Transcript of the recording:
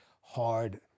hard